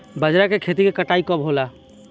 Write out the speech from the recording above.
बजरा के खेती के कटाई कब होला?